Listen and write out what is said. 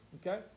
Okay